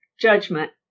judgment